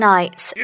Nights